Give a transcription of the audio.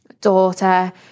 daughter